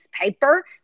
paper